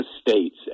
states